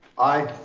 aye.